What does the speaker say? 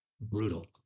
brutal